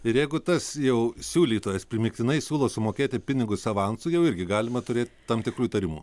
ir jeigu tas jau siūlytojas primygtinai siūlo sumokėti pinigus avansu jau irgi galima turėt tam tikrų įtarimų